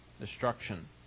destruction